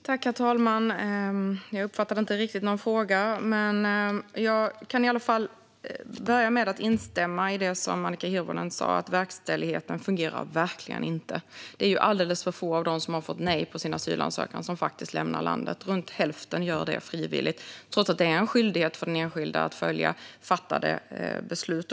Herr talman! Jag uppfattade inte riktigt någon fråga, men jag kan i alla fall börja med att instämma i det som Annika Hirvonen sa om att verkställigheten verkligen inte fungerar. Det är alldeles för få av dem som har fått nej på sin asylansökan som faktiskt lämnar landet. Runt hälften gör det frivilligt, trots att det är en skyldighet för den enskilda att följa fattade beslut.